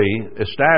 established